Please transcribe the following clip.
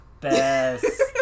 best